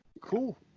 cool